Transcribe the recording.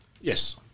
Yes